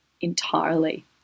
entirely